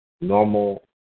normal